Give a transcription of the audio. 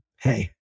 Hey